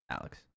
alex